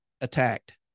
attacked